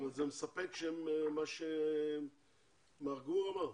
מה שמר גור אמר,